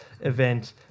event